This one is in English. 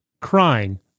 crying